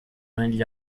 negli